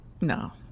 No